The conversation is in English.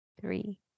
three